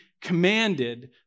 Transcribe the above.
commanded